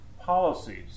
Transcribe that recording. policies